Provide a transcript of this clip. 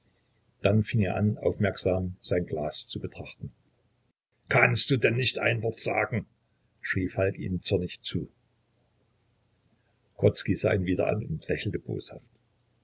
dann fing er an aufmerksam sein glas zu betrachten kannst du denn nicht ein wort sagen schrie falk ihm zornig zu grodzki sah ihn wieder an und lächelte